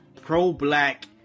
pro-black